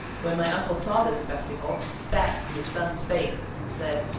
when my uncle saw this spectacle, he spat in his son's face and said,